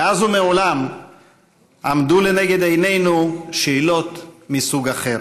מאז ומעולם עמדו לנגד עינינו שאלות מסוג אחר: